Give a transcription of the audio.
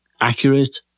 accurate